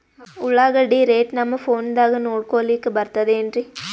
ಉಳ್ಳಾಗಡ್ಡಿ ರೇಟ್ ನಮ್ ಫೋನದಾಗ ನೋಡಕೊಲಿಕ ಬರತದೆನ್ರಿ?